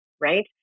right